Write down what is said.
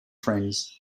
friends